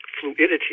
fluidity